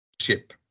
ship